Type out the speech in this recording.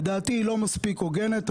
לדעתי היא לא מספיק הוגנת.